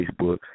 Facebook